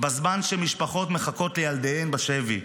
בזמן שמשפחות מחכות לילדיהן בשבי,